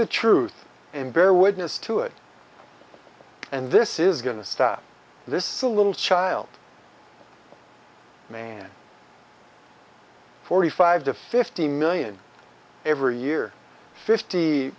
the truth and bear witness to it and this is going to stop this a little child man forty five to fifty million every year fifty